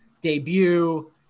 debut